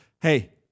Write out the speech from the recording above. Hey